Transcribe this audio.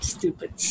Stupid